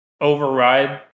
override